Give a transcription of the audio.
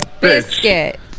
biscuit